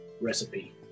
recipe